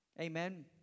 Amen